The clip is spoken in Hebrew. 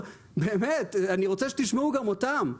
אני רוצה שתשמעו גם אותם.